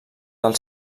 del